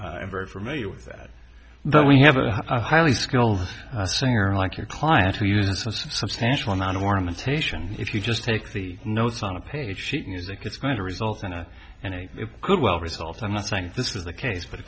i'm very familiar with that but we have a highly skilled singer unlike your clients who use a substantial amount of ornamentation if you just take the notes on a page sheet music that's going to result in it and it could well result i'm not saying this is the case